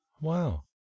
Wow